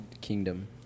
Kingdom